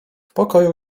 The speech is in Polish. pokoju